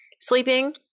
Sleeping